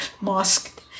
Mosque